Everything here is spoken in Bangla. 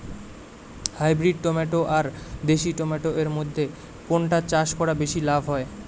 হাইব্রিড টমেটো আর দেশি টমেটো এর মইধ্যে কোনটা চাষ করা বেশি লাভ হয়?